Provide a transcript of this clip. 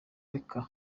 reka